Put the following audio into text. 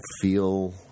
Feel